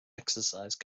exercise